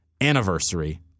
anniversary